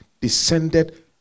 descended